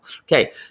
Okay